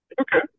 Okay